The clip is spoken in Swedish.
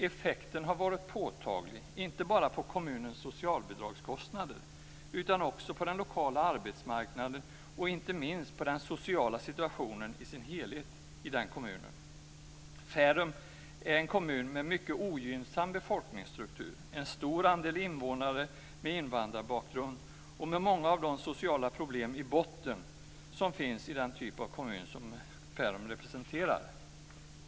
Effekten har varit påtaglig inte bara på kommunens socialbidragskostnader utan också på den lokala arbetsmarknaden och inte minst på den sociala situationen i sin helhet i den kommunen. Farum är en kommun med mycket ogynnsam befolkningsstruktur, en stor andel invånare med invandrarbakgrund och många av de sociala problem i botten som finns i den typ av kommun som Farum representerar.